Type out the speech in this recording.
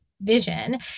vision